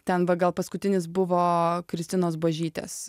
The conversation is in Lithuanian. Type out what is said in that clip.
ten va gal paskutinis buvo kristinos božytės